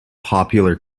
popular